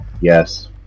Yes